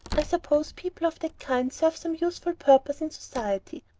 i suppose people of that kind serve some useful purpose in society,